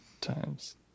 times